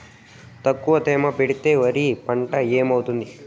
తక్కువ తేమ పెడితే వరి పంట ఏమవుతుంది